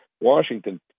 Washington